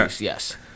Yes